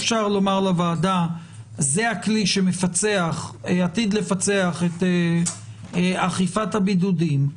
כי אי אפשר לומר לוועדה שזה הכלי שעתיד לפצח את אכיפת הבידודים,